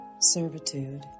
servitude